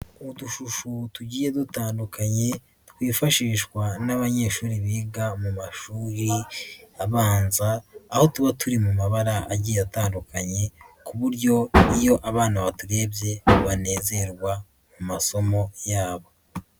Udushusho tugiye dutandukanye twifashishwa n'abanyeshuri biga mu mashuri abanza, aho tuba turi mu mabara agiye atandukanye ku buryo iyo abana baturebye banezerwa mu masomo yabo.